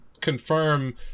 confirm